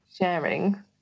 sharing